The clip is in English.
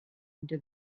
into